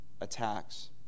attacks